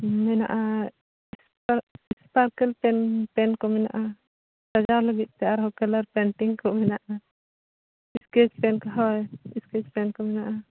ᱢᱮᱱᱟᱜᱼᱟ ᱯᱮᱱ ᱯᱮᱱᱠᱚ ᱢᱮᱱᱟᱜᱼᱟ ᱥᱟᱡᱟᱣ ᱞᱟᱹᱜᱤᱫ ᱛᱮ ᱟᱨᱦᱚᱸ ᱠᱟᱞᱟᱨ ᱯᱮᱱᱴᱤᱝ ᱠᱚ ᱢᱮᱱᱟᱜᱼᱟ ᱥᱠᱮᱡ ᱯᱮᱱ ᱦᱳᱭ ᱥᱠᱮᱡ ᱯᱮᱱ ᱠᱚ ᱢᱮᱱᱟᱜᱼᱟ